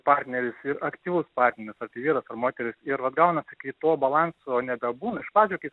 partneris ir aktyvus partneris ar tai vyras ar moteris ir vat gaunasi kai to balanso nebebūna iš pradžių kai